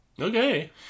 Okay